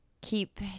keep